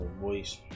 voice